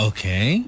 Okay